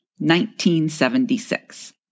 1976